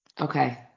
Okay